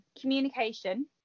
communication